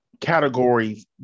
categories